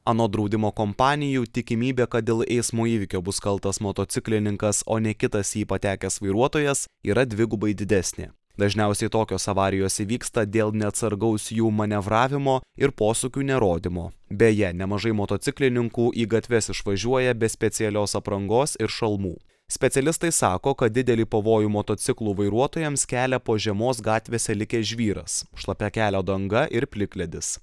anot draudimo kompanijų tikimybė kad dėl eismo įvykio bus kaltas motociklininkas o ne kitas į jį patekęs vairuotojas yra dvigubai didesnė dažniausiai tokios avarijos įvyksta dėl neatsargaus jų manevravimo ir posūkių nerodymo beje nemažai motociklininkų į gatves išvažiuoja be specialios aprangos ir šalmų specialistai sako kad didelį pavojų motociklų vairuotojams kelia po žiemos gatvėse likęs žvyras šlapia kelio danga ir plikledis